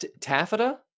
Taffeta